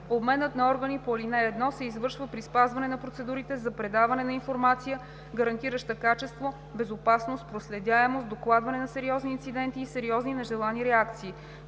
Обменът на органи по ал. 1 се извършва при спазване на процедурите за предаване на информация, гарантираща качество, безопасност, проследяемост, докладване на сериозни инциденти и сериозни нежелани реакции,